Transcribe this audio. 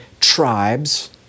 tribes